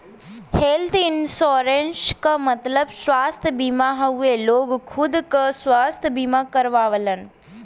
health insurance क मतलब स्वस्थ बीमा हउवे लोग खुद क स्वस्थ बीमा करावलन